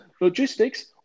logistics